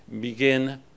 begin